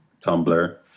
Tumblr